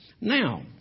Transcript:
Now